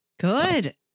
Good